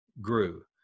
grew